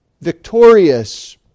victorious